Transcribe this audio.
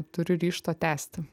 turiu ryžto tęsti